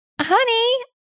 honey